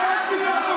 תאפשרו.